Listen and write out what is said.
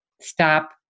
stop